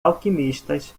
alquimistas